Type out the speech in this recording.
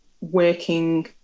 working